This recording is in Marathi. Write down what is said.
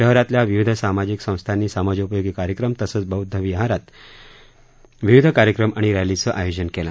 शहरातल्या विविध सामाजिक संस्थांनी समाजोपयोगी कार्यक्रम तसंच बौद्ध विहारात विविध कार्यक्रम आणि रक्रीचं आयोजन केलं